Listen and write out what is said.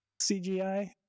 CGI